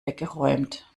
weggeräumt